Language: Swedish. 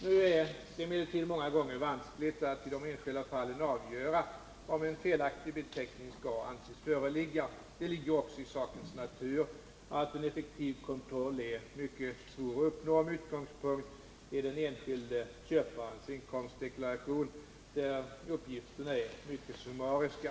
Nu är det emellertid många gånger vanskligt att i de enskilda fallen avgöra om en felaktig beteckning skall anses föreligga. Det ligger också i sakens natur att en effektiv kontroll är mycket svår att uppnå med utgångspunkt i den enskilde köparens inkomstdeklaration, där uppgifterna är mycket summariska.